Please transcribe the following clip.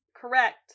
correct